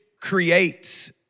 creates